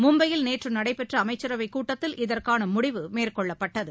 மும்பையில் நேற்றுநடைபெற்றஅமைச்சரவைகூட்டத்தில் இதற்கானமுடிவு மேற்கொள்ளப்பட்டது